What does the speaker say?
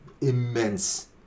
immense